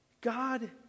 God